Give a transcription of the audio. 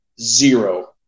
zero